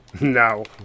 No